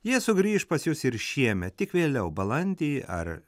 jie sugrįš pas jus ir šiemet tik vėliau balandį ar